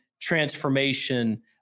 transformation